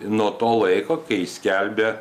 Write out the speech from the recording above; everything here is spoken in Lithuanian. nuo to laiko kai skelbė